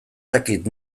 dakit